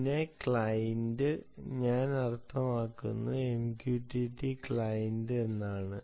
പിന്നെ ക്ലയന്റ് ഞാൻ അർത്ഥമാക്കുന്നത് MQTT ക്ലയന്റ് എന്നാണ്